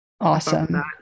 awesome